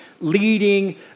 leading